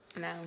No